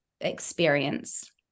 experience